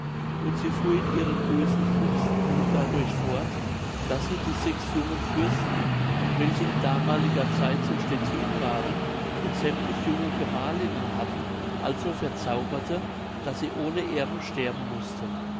und sie fuhr in ihren bösen künsten nun dadurch fort daß sie die sechs jungen fürsten welche in damaliger zeit zu stettin waren und sämmtlich junge gemahlinnen hatten also verzauberte daß sie ohne erben sterben mußten